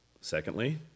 Secondly